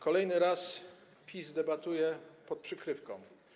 Kolejny raz PiS debatuje pod przykrywką.